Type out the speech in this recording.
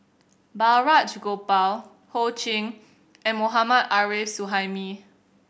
Balraj Gopal Ho Ching and Mohammad Arif Suhaimi